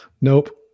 nope